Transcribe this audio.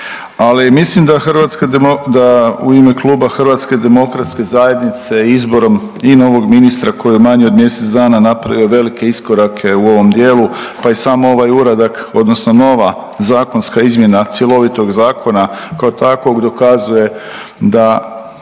mislim da u ime HDZ-a izborom i novog ministra koji je manje od mjesec dana napravio velike iskorake u ovom dijelu pa i sam ovaj uradak odnosno nova zakonska izmjena cjelovitog zakona kao takvog dokazuje da